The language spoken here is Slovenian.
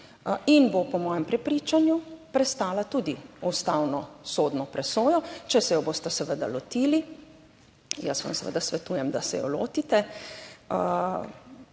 in bo po mojem prepričanju prestala tudi ustavno sodno presojo, če se jo boste seveda lotili - jaz vam seveda svetujem, da se je lotite.